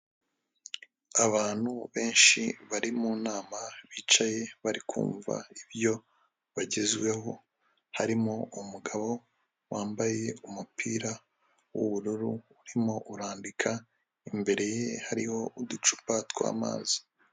Abantu benshi bari mu nama bicaye bari kumva ibyo bagezweho harimo umugabo wambaye umupira w'ubururu urimo urandika imbere ye hariho uducupa tw'amazi.